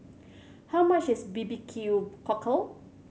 how much is barbecue cockle